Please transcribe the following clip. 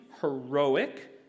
heroic